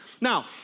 Now